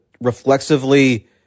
reflexively